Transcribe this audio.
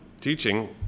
teaching